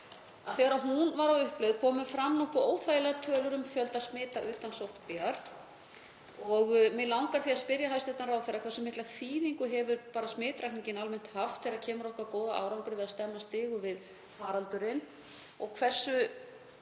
þegar hún var á uppleið komu fram nokkuð óþægilegar tölur um fjölda smita utan sóttkvíar. Mig langar því að spyrja hæstv. ráðherra: Hversu mikla þýðingu hefur smitrakningin almennt haft þegar kemur að okkar góða árangri við að stemma stigu við faraldrinum